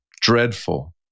dreadful